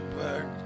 back